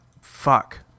fuck